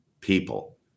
people